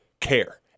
care